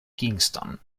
kingston